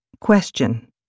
Question